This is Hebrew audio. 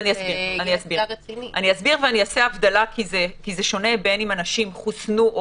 אני אסביר ואני אעשה הבדלה כי זה שונה בין אם אנשים חוסנו או